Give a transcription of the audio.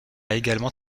également